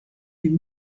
dem